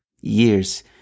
years